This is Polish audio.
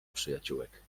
przyjaciółek